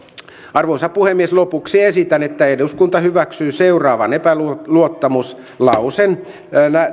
arvoisa puhemies lopuksi esitän että eduskunta hyväksyy seuraavan epäluottamuslauseen